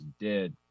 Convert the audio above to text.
dead